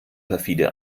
perfide